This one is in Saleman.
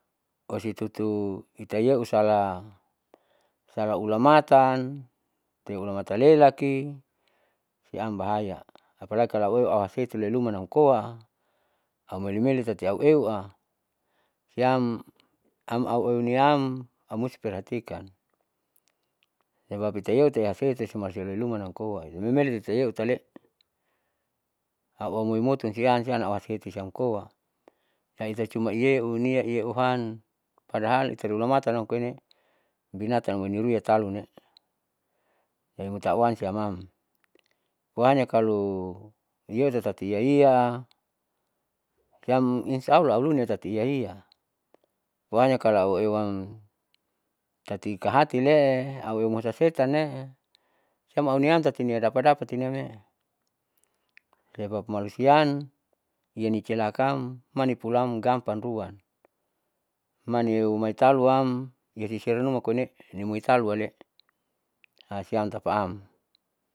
Osi tutu itaiyeu ala sla ulamatan teulamatan lelaki siam bahaya apalagi kalo aueu lelumanam koa aumeli meli tati aueua siam amauneuiam aumustiperhatikam, sebab itaeuyate somalusia loilumanam koi iyameu taule au amoimoton siam teeti siam koa jadi ita cuma nieu nia iheuan padahal itaiuramatan amkoine binatan amuiria talun loimutauam siamam pohanya kalu nieutatati iaia siam insaalla aulunin tati iaia pohanya kalo aueuam tati kahati lee auewa mosasetanee siam auniam tatiniadapat dapati niam mee, sebab malusiam ianicilakaam manipulam gampang ruan manieu maitalu am niatiselaluma koine nimuitaluale siam tapaam.